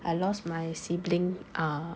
I lost my sibling err